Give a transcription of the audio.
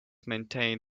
maintained